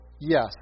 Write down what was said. Yes